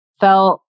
felt